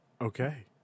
Okay